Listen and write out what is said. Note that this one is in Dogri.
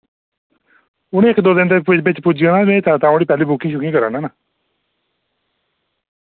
उ'नैं इक दो दिन दे बिच मैं तां धोड़ी पैह्ले बुकिंग शुकिंग करा ना ना